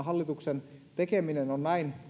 hallituksen tekeminen todella on näin